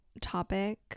topic